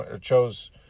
chose